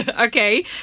okay